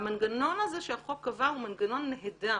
והמנגנון הזה שהחוק קבע הוא מנגנון נהדר